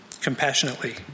compassionately